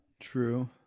True